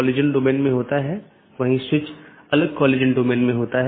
एक IBGP protocol है जो कि सब चीजों से जुड़ा हुआ है